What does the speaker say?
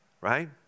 right